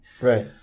Right